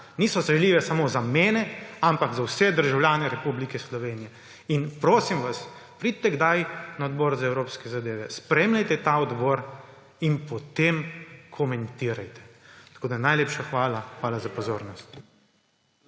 niso sprejemljive samo za mene, ampak za vse državljane Republike Slovenije. Prosim vas, pridite kdaj na Odbor za Evropske zadeve, spremljajte ta odbor in potem komentirajte. Najlepša hvala. Hvala za pozornost.